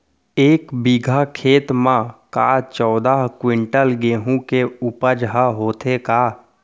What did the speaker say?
एक बीघा खेत म का चौदह क्विंटल गेहूँ के उपज ह होथे का?